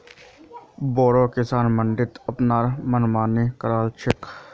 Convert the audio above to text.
बोरो किसान मंडीत अपनार मनमानी कर छेक